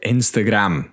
Instagram